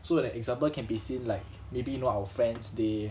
so like example can be seen like maybe you know our friends they